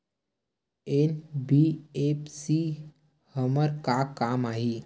NBFC हमर का काम आही?